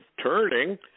turning